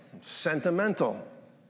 sentimental